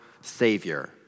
savior